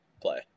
play